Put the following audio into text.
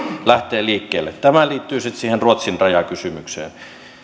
lähtee liikkeelle tämä liittyy sitten siihen ruotsin raja kysymykseen